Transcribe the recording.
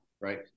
right